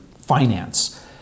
finance